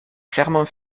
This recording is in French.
clermont